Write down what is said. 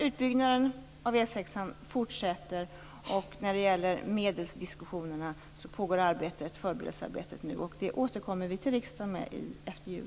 Utbyggnaden av E 6:an fortsätter, och när det gäller medelsdiskussionerna pågår förberedelsearbetet. Vi återkommer till riksdagen om det efter jul.